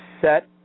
set